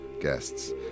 guests